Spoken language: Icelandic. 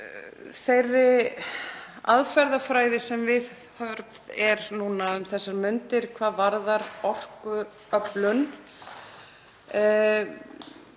þeirri aðferðafræði sem viðhöfð er um þessar mundir hvað varðar orkuöflun.